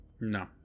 No